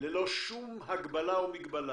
ללא שום הגבלה או מגבלה.